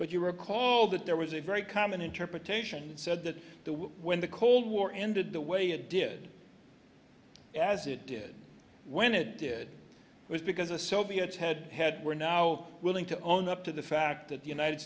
but you recall that there was a very common interpretation said that the when the cold war ended the way it did as it did when it did was because the soviets had had were now willing to own up to the fact that the united